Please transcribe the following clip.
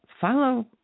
Follow